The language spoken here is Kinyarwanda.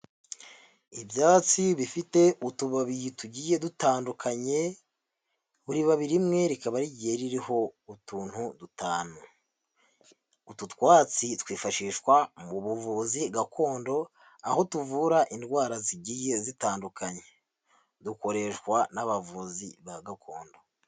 Ibyatsi bifite utubabi tugiye dutandukanye, buri babi rimwe rikaba rigiye ririho utuntu dutanu, utu twatsi twifashishwa mu buvuzi gakondo aho tuvura indwara zigiye zitandukanye, dukoreshwa n'abavuzi ba gakondo